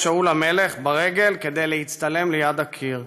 שאול המלך ברגל כדי להצטלם ליד הקיר.